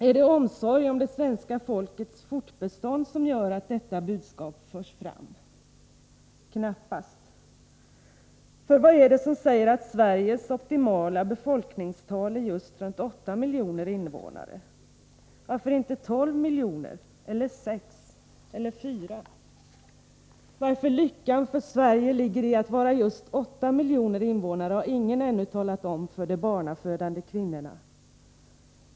Är det omsorg om det svenska folkets fortbestånd som gör att detta budskap förs fram? Knappast! För vad är det som säger att Sveriges optimala befolkningstal är just runt 8 miljoner invånare? Varför inte 12 miljoner, 6 miljoner eller 4 miljoner? Varför lyckan för Sverige ligger i att ha just 8 miljoner invånare har ingen ännu talat om för de barnafödande kvinnorna.